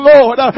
Lord